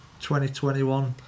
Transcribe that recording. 2021